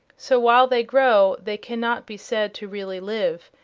so while they grow they cannot be said to really live,